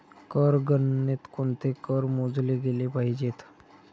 कर गणनेत कोणते कर मोजले गेले पाहिजेत?